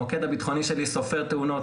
המוקד הביטחוני שלי סופר תאונות,